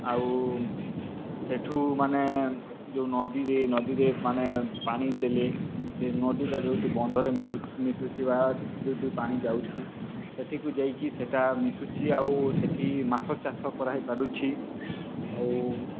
ଆଉ ସେଠୁ ମାନେ ଯେଉଁ ନଦୀରେ ନଦୀରେ ମାନେ ପାଣି ଦେଲେ ଯେ ନଦୀଟା ଯେଉଁଠି ବନ୍ଧରେ ମିଟୁଚ ମିଶୁଛି ବା ଯେଉଁଠି ପାଣି ଯାଉଛି ସେଠିକୁ ଯାଇକି ସେଇଟା ମିଶୁଛି ଆଉ ସେଠି ମାଛଚାଷ କରା ହେଇପାରୁଛି ଆଉ